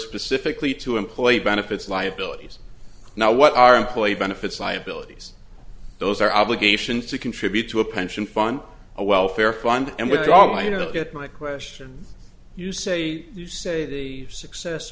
specifically to employee benefits liabilities now what are employee benefits liabilities those are obligations to contribute to a pension fund a welfare fund and with all i ended up at my question you say you say the success